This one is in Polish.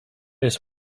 jest